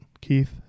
keith